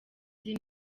azi